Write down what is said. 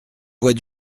vois